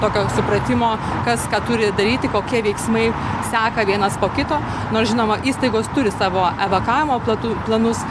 tokio supratimo kas ką turi daryti kokie veiksmai seka vienas po kito nors žinoma įstaigos turi savo evakavimo platu planus